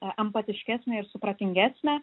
empatiškesnė ir supratingesnė